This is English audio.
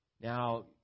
Now